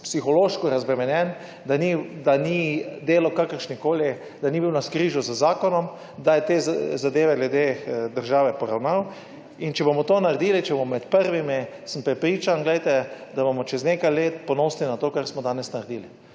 psihološko razbremenjen, ker ni bil navzkrižju z zakonom, ker je te zadeve glede države poravnal. Če bomo to naredili, če bomo med prvimi, sem prepričan, da bomo čez nekaj let ponosni na to, kar smo danes naredili.